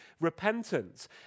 repentance